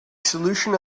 solution